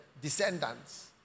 descendants